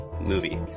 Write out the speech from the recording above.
movie